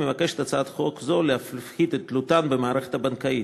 הצעת חוק זו מבקשת להפחית את תלותן במערכת הבנקאית.